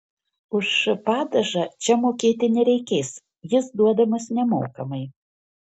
už padažą čia mokėti nereikės jis duodamas nemokamai